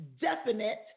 definite